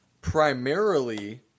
primarily –